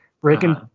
breaking